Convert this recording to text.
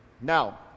Now